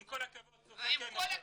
עם כל הכבוד --- עם כל הכבוד,